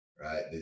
right